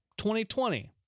2020